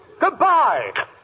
Goodbye